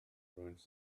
ruins